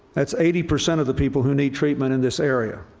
that's eighty percent of the people who need treatment in this area.